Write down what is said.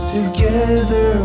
Together